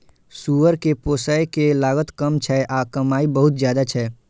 सुअर कें पोसय के लागत कम छै आ कमाइ बहुत ज्यादा छै